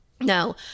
Now